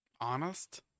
honest